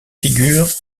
figure